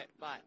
bye